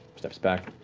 steps back.